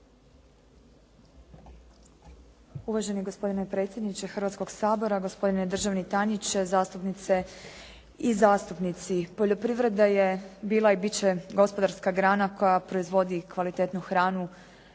Uvaženi gospodine predsjedniče Hrvatskoga sabora, gospodine državni tajniče, zastupnice i zastupnici. Poljoprivreda je bila i bit će gospodarska grana koja proizvodi kvalitetnu hranu